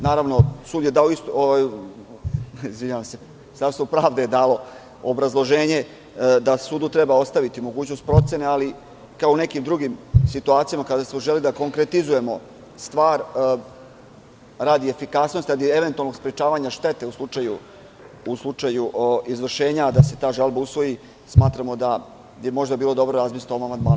Naravno, Ministarstvo pravde je dalo obrazloženje da sudu treba ostaviti mogućnost procene, ali kao i u nekim drugim situacijama kada smo želeli da konkretizujemo stvar radi efikasnosti, radi eventualnog sprečavanja štete u slučaju izvršenja, a da se ta žalba usvoji, smatramo da bi možda bilo dobro razmisliti o ovom amandmanu.